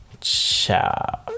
Ciao